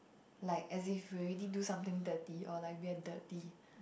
like as if we already do something dirty or like we are dirty